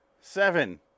Seven